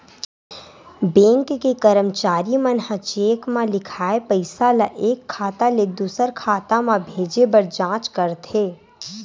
bank के करमचारी मन ह चेक म लिखाए पइसा ल एक खाता ले दुसर खाता म भेजे बर जाँच करथे